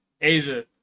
Asia